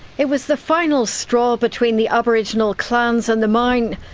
it was the final straw between the aboriginal clans and the mine.